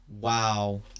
wow